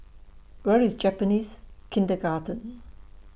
Where IS Japanese Kindergarten